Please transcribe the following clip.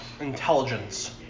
Intelligence